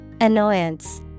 Annoyance